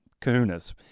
kahunas